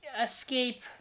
escape